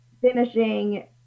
finishing